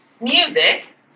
Music